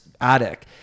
attic